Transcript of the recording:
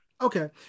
Okay